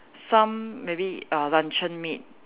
some maybe err luncheon meat